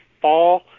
fall